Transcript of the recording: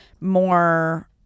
more